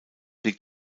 liegt